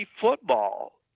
football